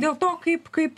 dėl to kaip kaip